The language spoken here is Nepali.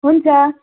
हुन्छ